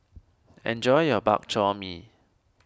enjoy your Bak Chor Mee